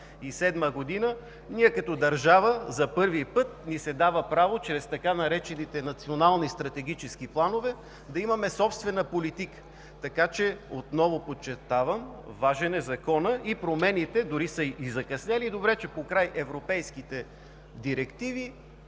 2021 г. до 2027 г. като държава за първи път ни се дава право чрез така наречените „национални стратегически планове“ да имаме собствена политика. Така че отново подчертавам: важен е Законът и промените дори са закъснели. Добре че покрай европейските директиви